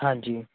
ਹਾਂਜੀ